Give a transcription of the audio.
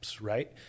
Right